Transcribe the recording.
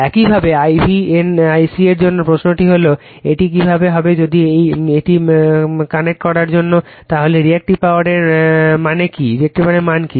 একইভাবে I v n I c এর জন্য প্রশ্নটি হল এটি কীভাবে হবে যদি এটি কানেক্ট করার জন্য তাহলে রিএক্টিভ পাওয়ার এর মান কী